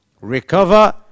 recover